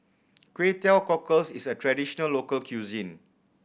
Kway Teow Cockles is a traditional local cuisine